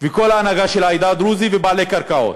וכל ההנהגה של העדה הדרוזית, ובעלי קרקעות.